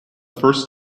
first